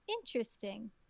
Interesting